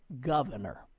governor